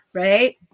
right